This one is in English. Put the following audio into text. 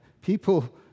people